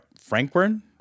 Franklin